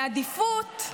בעדיפות,